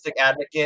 advocate